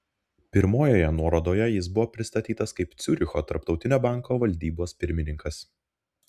pirmojoje nuorodoje jis buvo pristatytas kaip ciuricho tarptautinio banko valdybos pirmininkas